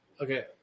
Okay